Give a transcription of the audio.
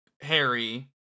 Harry